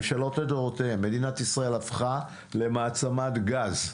מדינת ישראל הפכה למעצמת גז.